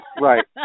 right